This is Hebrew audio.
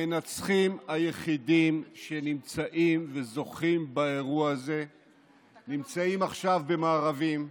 המנצחים היחידים שנמצאים וזוכים באירוע הזה נמצאים עכשיו במארבים,